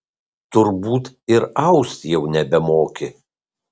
turbūt ir aust jau nebemoki